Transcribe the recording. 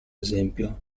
esempio